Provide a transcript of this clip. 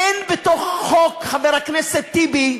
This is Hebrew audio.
אין בתוך חוק, חבר הכנסת טיבי,